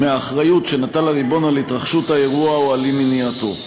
מהאחריות שנטל הריבון על התרחשות האירוע או על אי-מניעתו.